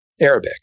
Arabic